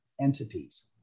entities